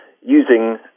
using